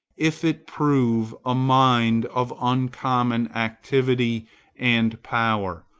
if it prove a mind of uncommon activity and power,